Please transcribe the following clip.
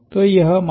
तो यहहै